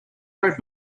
road